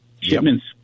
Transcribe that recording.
shipments